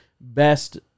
best